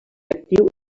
actiu